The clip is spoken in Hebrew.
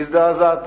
הזדעזעת.